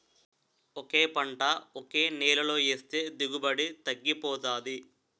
ఒకే పంట ఒకే నేలలో ఏస్తే దిగుబడి తగ్గిపోతాది